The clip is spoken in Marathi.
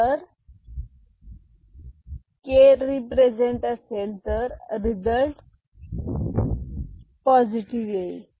जर के रिप्रेझेंट असेल तर रिझल्ट पॉझिटिव येईल